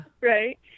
Right